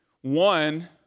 One